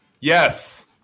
Yes